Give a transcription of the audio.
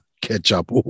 Ketchup